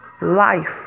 life